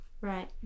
Right